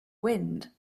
wind